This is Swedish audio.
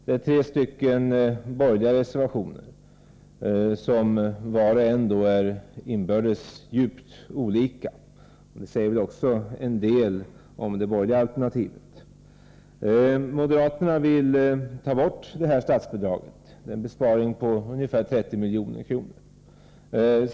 Det är tre borgerliga reservationer som inbördes är djupt olika — det säger också en del om det borgerliga alternativet. Moderaterna vill ta bort statsbidraget, vilket är en besparing på ungefär 30 milj.kr.